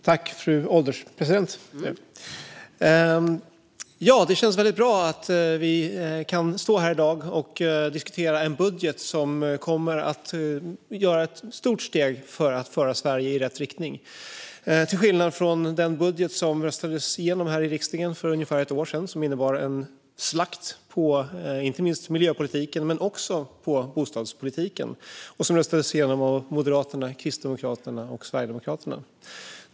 Fru ålderspresident! Det känns väldigt bra att vi kan stå här i dag och diskutera en budget som kommer att innebära ett stort steg för att föra Sverige i rätt riktning - till skillnad från den budget som röstades igenom här i riksdagen för ungefär ett år sedan av Moderaterna, Kristdemokraterna och Sverigedemokraterna och som innebar en slakt på inte minst miljöpolitiken men också på bostadspolitiken.